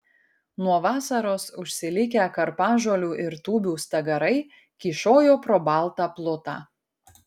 nuo vasaros užsilikę karpažolių ir tūbių stagarai kyšojo pro baltą plutą